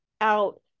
out